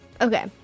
Okay